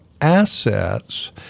assets